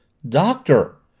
doctor!